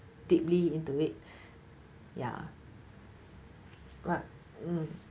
deeply into it ya but mm